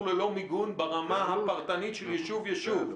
ללא מיגון ברמה הפרטנית של יישוב-יישוב.